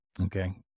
Okay